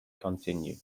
continue